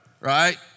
Right